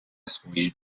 svůj